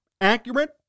Accurate